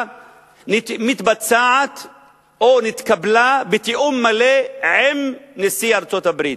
מתבצע או התקבל בתיאום מלא עם נשיא ארצות-הברית,